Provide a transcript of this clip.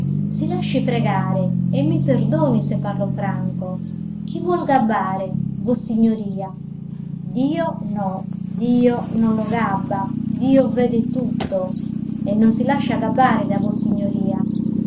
si lasci pregare e mi perdoni se parlo franco chi vuol gabbare vossignoria dio no dio non lo gabba dio vede tutto e non si lascia gabbare da vossignoria